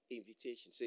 invitation